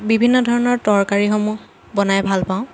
বিভিন্ন ধৰণৰ তৰকাৰীসমূহ বনাই ভাল পাওঁ